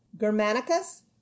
Germanicus